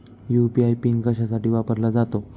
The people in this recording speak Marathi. यू.पी.आय पिन कशासाठी वापरला जातो?